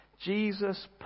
Jesus